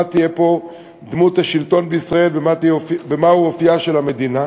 תהיה פה דמות השלטון בישראל ומה אופייה של המדינה,